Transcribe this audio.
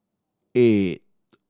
eight